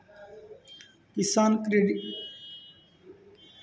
किसान credit कार्डद्वारा शेतकऱ्यांनाका आर्थिक मदत दिली जाता